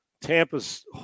Tampa's